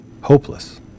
hopeless